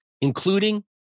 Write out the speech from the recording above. including